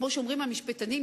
כמו שאומרים המשפטנים,